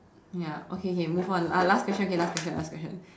ya okay okay move on la~ last question okay last question last question